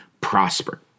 prosper